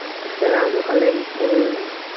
اَسَلامُ علیکُم